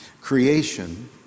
creation